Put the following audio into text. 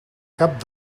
cap